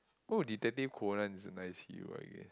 oh Detective-Conan is a nice hero I guess